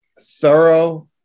thorough